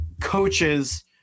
coaches